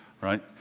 Right